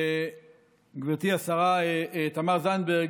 גברתי השרה תמר זנדברג,